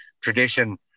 tradition